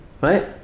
right